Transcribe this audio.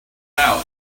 out